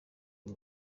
uyu